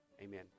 Amen